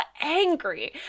angry